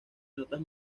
notas